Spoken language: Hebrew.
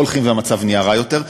לא הולכים והמצב נהיה רע יותר.